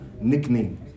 nickname